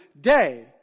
day